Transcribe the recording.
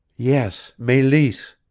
yes meleese